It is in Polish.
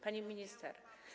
Pani Minister!